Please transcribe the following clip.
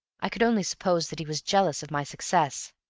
i could only suppose that he was jealous of my success.